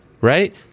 Right